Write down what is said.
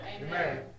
Amen